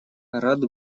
рад